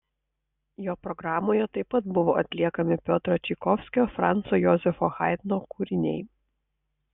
jo programoje taip pat bus atliekami piotro čaikovskio franco jozefo haidno kūriniai